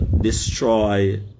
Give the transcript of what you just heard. destroy